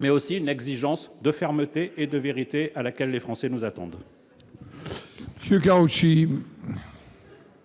mais aussi une exigence de fermeté et de vérité à laquelle les Français nous attendent.